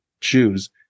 choose